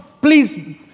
please